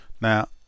Now